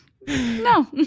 no